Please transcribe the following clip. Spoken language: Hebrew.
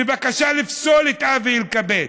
בבקשה לפסול את אבי אלקבץ,